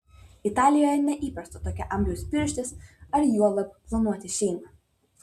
italijoje neįprasta tokio amžiaus pirštis ar juolab planuoti šeimą